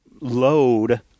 load